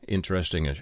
Interesting